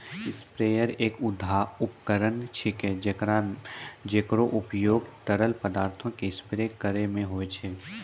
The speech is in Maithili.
स्प्रेयर एक उपकरण छिकै, जेकरो उपयोग तरल पदार्थो क स्प्रे करै म होय छै